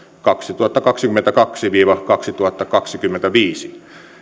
kaksituhattakaksikymmentäkaksi viiva kaksituhattakaksikymmentäviisi